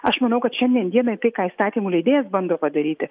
aš manau kad šiandien dienai tai ką įstatymų leidėjas bando padaryti